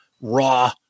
raw